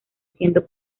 siendo